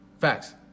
Facts